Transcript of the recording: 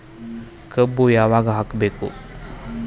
ಕಬ್ಬು ಯಾವಾಗ ಹಾಕಬೇಕು?